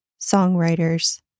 songwriters